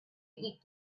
eat